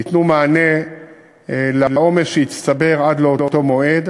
ייתנו מענה לעומס שיצטבר עד לאותו מועד.